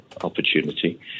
opportunity